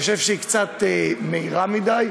אני חושב שהיא קצת מהירה מדי,